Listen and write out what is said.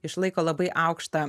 išlaiko labai aukštą